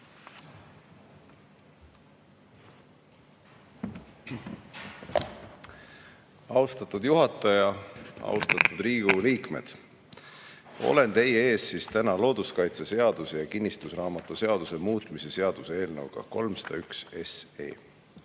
Austatud juhataja! Austatud Riigikogu liikmed! Olen teie ees täna looduskaitseseaduse ja kinnistusraamatuseaduse muutmise seaduse eelnõuga 301.